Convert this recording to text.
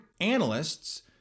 analysts